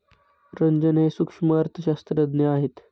रंजन हे सूक्ष्म अर्थशास्त्रज्ञ आहेत